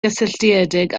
gysylltiedig